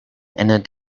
endet